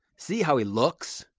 see how he looks!